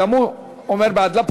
אנחנו עוברים להצעת חוק פ/2022/20,